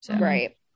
Right